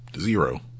Zero